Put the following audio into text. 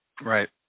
Right